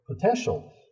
potential